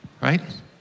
right